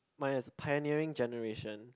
mine is pioneering generation